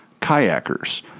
kayakers